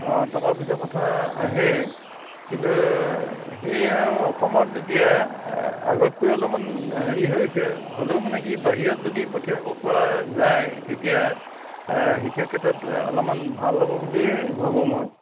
অ টকা পইচাৰ কথা আহে কিন্তু সেই আৰু অসমত এতিয়া আগতকৈ অলপমান হেৰি হৈছে হ'লেও মানে কি বাহিৰত যদি পঠিয়াব পৰা যায় তেতিয়া শিক্ষাৰ ক্ষেত্ৰত অলপমান ভাল হ'ব বুলিয়ে ভাবোঁ মই